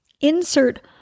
Insert